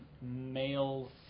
male's